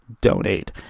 donate